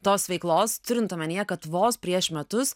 tos veiklos turint omenyje kad vos prieš metus